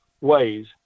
ways